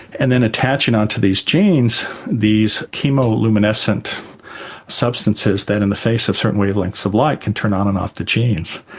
and then attaching on to these genes these chemo-luminescent substances that in the face of certain wavelengths of light can turn on and off the genes.